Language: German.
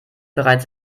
bereits